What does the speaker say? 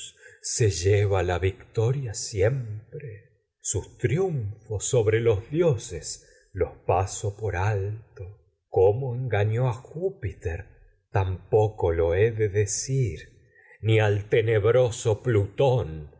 se lleva la vic siempre sus triunfos a sobre los dioses los paso por alto cómo engañó júpiter a tampoco lo he de de cir ni al tenebroso